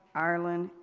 ireland,